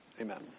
amen